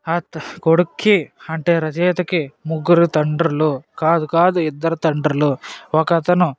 ఆ కొడుకుకి అంటే రచయితకి ముగ్గురు తండ్రులు కాదు కాదు ఇద్దరు తండ్రులు ఒక అతను